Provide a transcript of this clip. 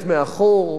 עם מצוקות,